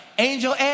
Angel